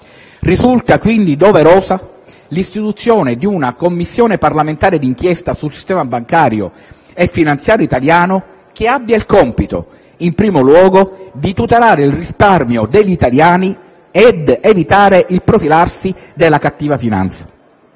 Risulta quindi doverosa l'istituzione di una Commissione parlamentare di inchiesta sul sistema bancario e finanziario italiano che abbia il compito, in primo luogo, di tutelare il risparmio degli italiani ed evitare il profilarsi della cattiva finanza.